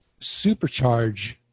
supercharge